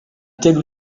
telle